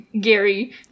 Gary